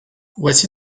voici